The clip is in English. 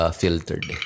filtered